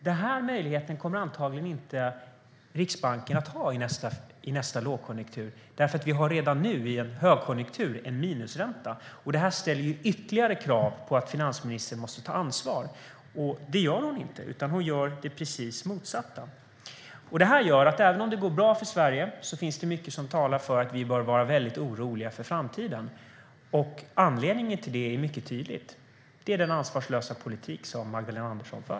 Denna möjlighet kommer Riksbanken antagligen inte att ha i nästa lågkonjunktur därför att vi redan nu, i en högkonjunktur, har en minusränta. Detta ställer ytterligare krav på att finansministern måste ta ansvar. Det gör hon inte, utan hon gör det precis motsatta. Detta gör att även om det går bra för Sverige finns det mycket som talar för att vi bör vara mycket oroliga för framtiden. Anledningen till det är mycket tydlig, det är den ansvarslösa politik som Magdalena Andersson för.